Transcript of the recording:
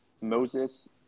Moses